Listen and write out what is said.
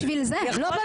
פנינה, יכול להיות